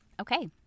Okay